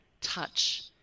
touch